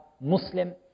Muslim